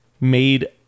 made